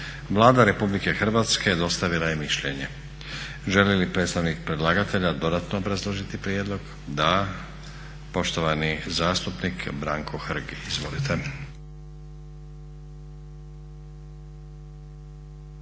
Vlada RH je dostavila mišljenje. Želi li predstavnik predlagatelja dodatno obrazložiti prijedlog? Da. Poštovani zastupnik Branko Hrg. Izvolite.